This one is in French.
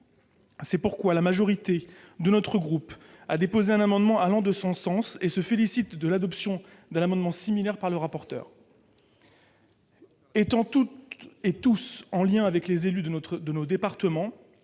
C'est pourquoi la majorité du groupe La République En Marche a déposé un amendement allant dans ce sens et se félicite de l'adoption d'un amendement similaire du rapporteur. Étant toutes et tous en lien avec les élus de nos départements,